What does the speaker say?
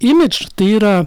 imidž tai yra